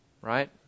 Right